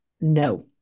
no